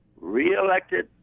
re-elected